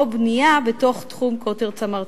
או בנייה בתוך תחום קוטר צמרתו.